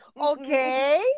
Okay